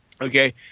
Okay